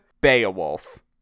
Beowulf